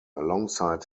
alongside